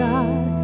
God